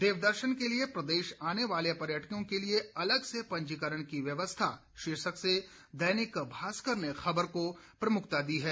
देवदर्शन के लिए प्रदेश आने वाले पर्यटकों के लिए अलग से पंजीकरण की व्यवस्था शीर्षक से दैनिक भास्कर ने खबर को प्रमुखता दी है